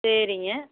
சரிங்க